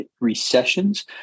recessions